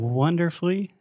wonderfully